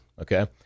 Okay